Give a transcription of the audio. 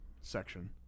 section